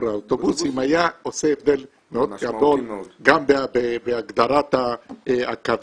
האוטובוסים היו עושים הבדל מאוד גדול גם בהגדרת הקווים,